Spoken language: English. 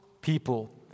people